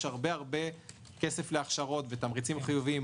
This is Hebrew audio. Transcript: יש הרבה כסף להכשרות ותמריצים חיובים.